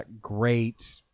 great